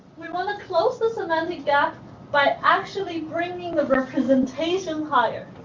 we want to close the semantic gap by actually bringing representation higher.